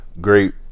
great